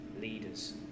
leaders